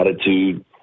attitude